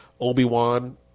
Obi-Wan